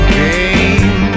game